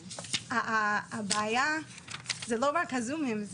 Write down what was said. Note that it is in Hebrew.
הבעיה זה לא רק הזומים,